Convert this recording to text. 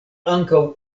ankaŭ